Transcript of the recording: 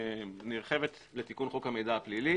נרחבת לתיקון חוק המידע הפלילי